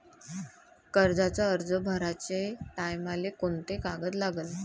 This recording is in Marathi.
कर्जाचा अर्ज भराचे टायमाले कोंते कागद लागन?